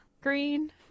green